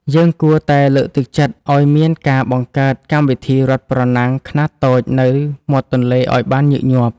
យើងគួរតែលើកទឹកចិត្តឱ្យមានការបង្កើតកម្មវិធីរត់ប្រណាំងខ្នាតតូចនៅមាត់ទន្លេឱ្យបានញឹកញាប់។